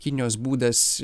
kinijos būdas